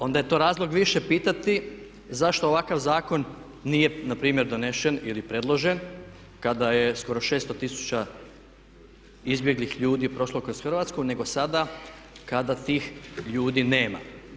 Onda je to razlog više pitati zašto ovakav zakon nije npr. donesen ili predložen kada je skoro 600 tisuća izbjeglih ljudi prošlo kroz Hrvatsku nego sada kada tih ljudi nema.